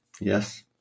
Yes